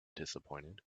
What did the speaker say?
disappointed